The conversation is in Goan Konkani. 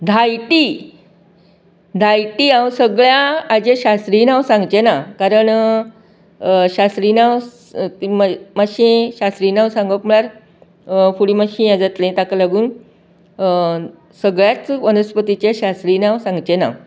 धायटी धायटी हांव सगळ्या हाजे शास्त्रीय नांव सांगचेना कारण शास्त्रीय नांव मा मात्शें शास्त्रीय नांव सांगप म्हळ्यार फुडें मात्शें ये जातलें ताका लागून सगळ्यांच वन्सपतीचें शास्त्रीय नांव सांगचेना